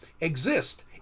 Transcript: exist